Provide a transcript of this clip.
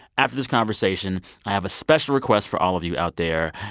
after this conversation, i have a special request for all of you out there.